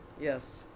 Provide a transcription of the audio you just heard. yes